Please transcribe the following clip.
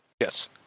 Yes